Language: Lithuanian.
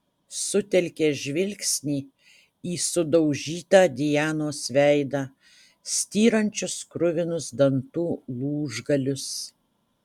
sutelkė žvilgsnį į sudaužytą dianos veidą styrančius kruvinus dantų lūžgalius